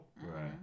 right